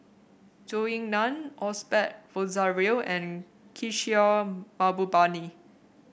Zhou Ying Nan Osbert Rozario and Kishore Mahbubani